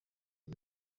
uyu